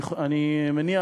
אני מניח,